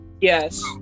Yes